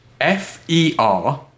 F-E-R